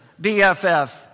BFF